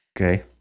Okay